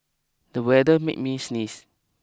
the weather made me sneeze